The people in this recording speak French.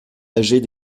âgée